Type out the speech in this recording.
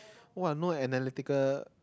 !wah! no analytical